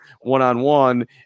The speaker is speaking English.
one-on-one